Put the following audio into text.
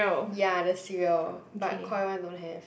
ya the cereal but Koi one don't have